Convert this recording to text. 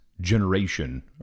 generation